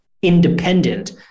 Independent